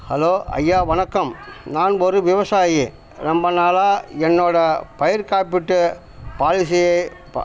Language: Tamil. ஹலோ ஐயா வணக்கம் நான் ஒரு விவசாயி ரொம்ப நாளாக என்னோடய பயிர் காப்பீட்டு பாலிசியை ப